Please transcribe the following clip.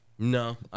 No